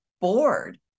bored